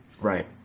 Right